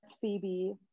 Phoebe